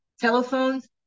telephones